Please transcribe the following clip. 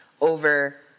over